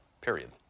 period